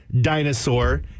dinosaur